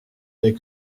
n’est